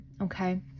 okay